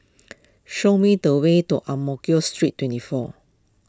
show me the way to Ang Mo Kio Street twenty four